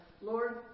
Lord